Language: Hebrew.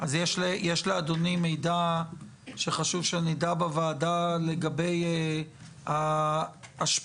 יש לאדוני מידע שחשוב שנדע בוועדה לגבי ההשפעה